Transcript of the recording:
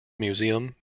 museum